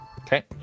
Okay